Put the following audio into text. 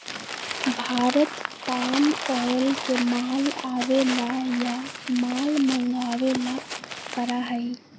Bharat palm oil के माल आवे ला या माल मंगावे ला करा हई